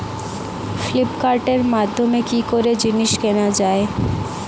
ফ্লিপকার্টের মাধ্যমে কি করে জিনিস কেনা যায়?